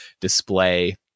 display